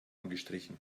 angestrichen